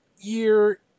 year